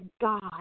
God